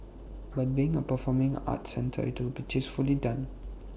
but being A performing arts centre IT will be tastefully done